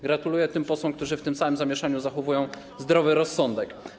Gratuluję tym posłom, którzy w tym całym zamieszaniu zachowują zdrowy rozsądek.